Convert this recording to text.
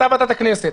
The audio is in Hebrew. אתה ועדת הכנסת,